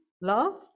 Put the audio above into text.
love